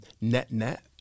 Net-net